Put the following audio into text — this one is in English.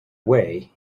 way